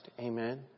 Amen